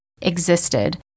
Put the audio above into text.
existed